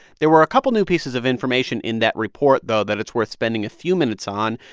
there were a couple new pieces of information in that report, though, that it's worth spending a few minutes on,